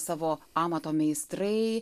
savo amato meistrai